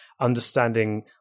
understanding